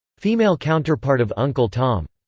female counterpart of uncle tom.